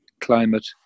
climate